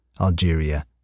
Algeria